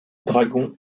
dragon